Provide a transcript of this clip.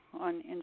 on